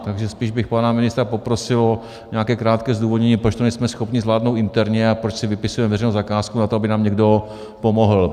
Takže spíš bych pana ministra poprosil o nějaké krátké zdůvodnění, proč to nejsme schopni zvládnout interně a proč si vypisujeme veřejnou zakázku na to, aby nám někdo pomohl.